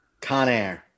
Conair